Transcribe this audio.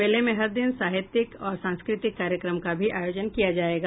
मेले में हर दिन साहित्यक और सांस्कृतिक कार्यक्रम का भी आयोजन किया जायेगा